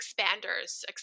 expanders